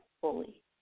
fully